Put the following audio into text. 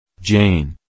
Jane